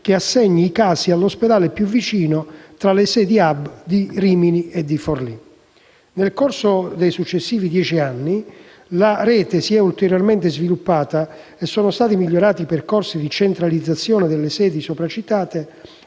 che assegna i casi all'ospedale più vicino tra le sedi *hub* di Rimini o Forlì. Nel corso dei successivi dieci anni, la rete si è ulteriormente sviluppata e sono stati migliorati i percorsi di centralizzazione nelle sedi sopra citate